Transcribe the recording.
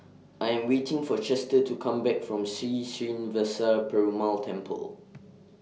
I Am waiting For Chester to Come Back from Sri Srinivasa Perumal Temple